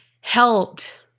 helped